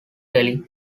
telling